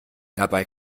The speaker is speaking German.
dabei